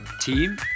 Team